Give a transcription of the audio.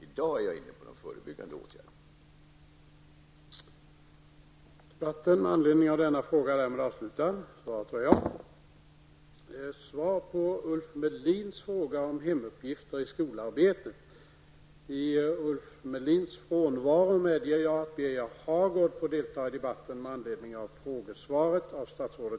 I dag är jag inne på de förebyggande åtgärderna.